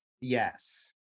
Yes